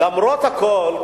למרות הכול,